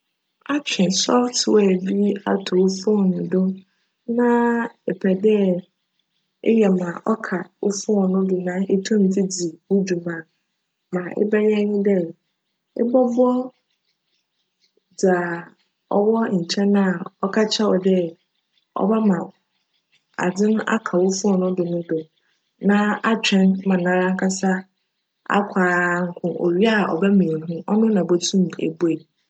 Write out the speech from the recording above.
Atwe "software" bi ato wo "phone" do na epj dj eyj ma cka wo "phone" no do na itum dze dzi wo dwuma a, ma ebjyj nye dj, ebcbc dza cwc nkyjn a cka kyerj wo dj cbjma adze adze no aka wo "phone" no do na atwecn ma nara ankasa akc a anko, owie a, cbjma ehu. Cno na botum ebue.